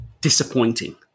disappointing